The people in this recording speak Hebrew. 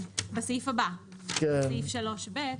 מדובר על סעיף 3/ב',